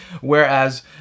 Whereas